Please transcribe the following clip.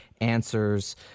answers